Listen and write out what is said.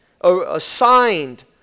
assigned